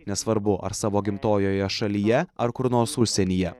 nesvarbu ar savo gimtojoje šalyje ar kur nors užsienyje